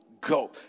go